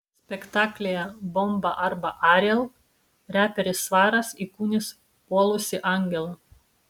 spektaklyje bomba arba ariel reperis svaras įkūnys puolusį angelą